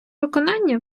виконання